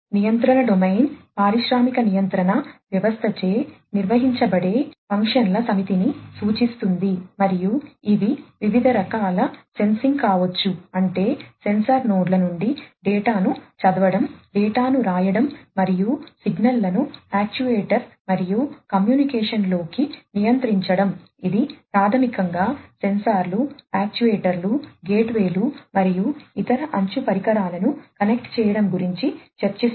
నియంత్రణ డొమైన్ పారిశ్రామిక నియంత్రణ వ్యవస్థచే నిర్వహించబడే ఫంక్షన్ల చేయడం గురించి చర్చిస్తుంది